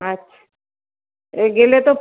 আচ্ছা এ গেলে তো